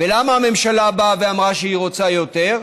ולמה הממשלה באה ואמרה שהיא רוצה יותר?